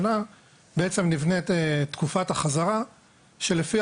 שנה בעצם נבנית תקופה החזרה שלפיה